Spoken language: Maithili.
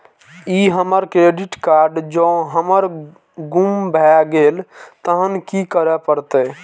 ई हमर क्रेडिट कार्ड जौं हमर गुम भ गेल तहन की करे परतै?